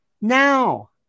Now